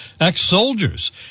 ex-soldiers